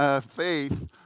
faith